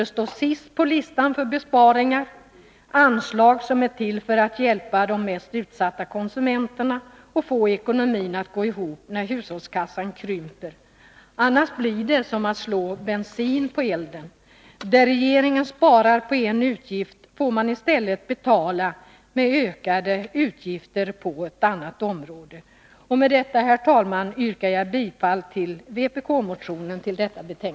Sist på listan för besparingar borde stå de anslag som är till för att hjälpa de mest utsatta konsumenterna att få ekonomin att gå ihop när hushållskassan krymper. Annars blir det som att slå bensin på elden. Det regeringen sparar genom att dra in på en utgift får den i stället betala med ökade utgifter på ett annat område. Med detta, herr talman, yrkar jag bifall till vpk-motionen.